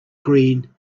green